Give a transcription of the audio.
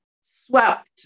swept